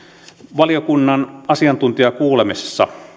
valiokunnan asiantuntijakuulemisessa